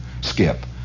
Skip